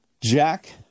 Jack